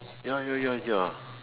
ya ya ya ya